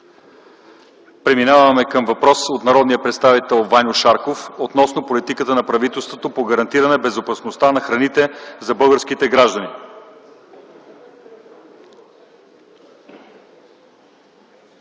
Преминаваме към въпрос от народния представител Ваньо Шарков относно политиката на правителството по гарантиране безопасността на храните за българските граждани.